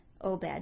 Obed